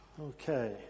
Okay